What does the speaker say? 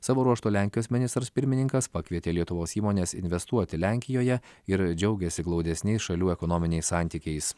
savo ruožtu lenkijos ministras pirmininkas pakvietė lietuvos įmones investuoti lenkijoje ir džiaugėsi glaudesniais šalių ekonominiais santykiais